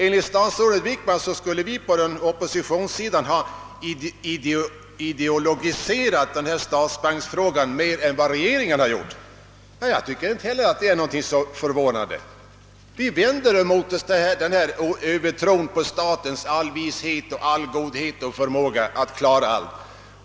Enligt statsrådet Wickman skulle vi på oppositionssidan ha ideologiserat statsbanksfrågan mer än vad regeringen har gjort. Jag tycker inte heller att detta är förvånande. Vi vänder oss mot denna övertro på statens allvishet, allgodhet och förmåga att klara allt.